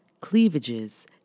cleavages